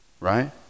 right